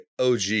OG